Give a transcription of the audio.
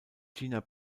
gina